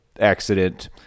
accident